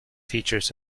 features